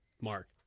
mark